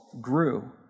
grew